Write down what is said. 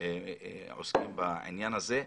עוסקים בעניין הזה.